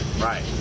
Right